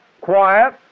quiet